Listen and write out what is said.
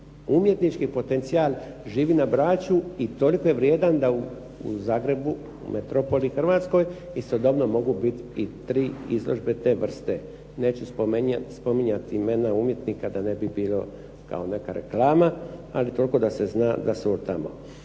umjetnički potencijal živi na Braču i toliko je vrijedan da u Zagrebu, u metropoli Hrvatskoj istodobno mogu biti i tri izložbe te vrste. Neću spominjati imena umjetnika da ne bi bilo kao neka reklama, ali toliko da se zna da surtamo.